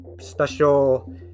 special